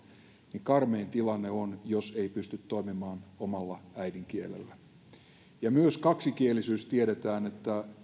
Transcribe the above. niin karmein tilanne on jos ei pysty toimimaan omalla äidinkielellä kaksikielisyydestä myös tiedetään että